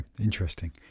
interesting